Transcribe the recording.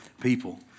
people